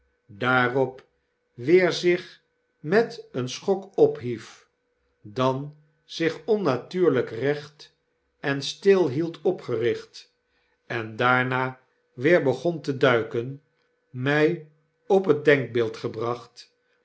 daarop weer zich met een schok ophief dan zich onnatuurlijk recht en stil hield opgericht en daarna weer begon te duiken mtj op het denkbeeld gebracht